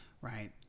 Right